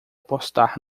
postar